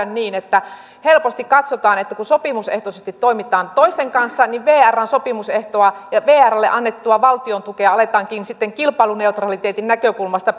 niin että helposti katsotaan että kun sopimusehtoisesti toimitaan toisten kanssa niin vrn sopimusehtoa ja vrlle annettua valtion tukea aletaankin sitten kilpailuneutraliteetin näkökulmasta